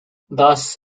thus